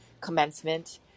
commencement